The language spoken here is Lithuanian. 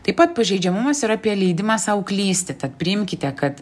taip pat pažeidžiamumas yrar apie leidimą sau klysti tad priimkite kad